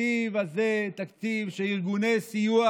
התקציב הזה הוא תקציב שארגוני סיוע